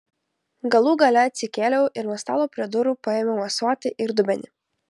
galų gale atsikėliau ir nuo stalo prie durų paėmiau ąsotį ir dubenį